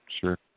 sure